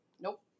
Nope